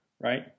right